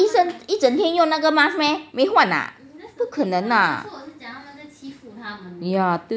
医生一整天用那个 mask meh 没换啊